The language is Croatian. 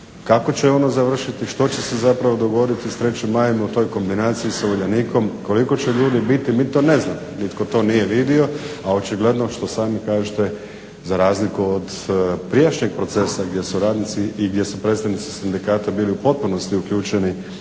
kako će ono završiti, što će se zapravo dogoditi s 3. majem o toj kombinaciji s Uljanikom koliko će ljudi biti? Mi to ne znamo. Nitko to nije vidio, a očigledno što sami kažete za razliku od prijašnjeg procesa gdje su radnici i gdje su predstavnici sindikata bili u potpunosti uključeni